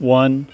one